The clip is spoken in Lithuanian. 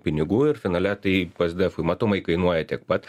pinigų ir finale tai p es d efui matomai kainuoja tiek pat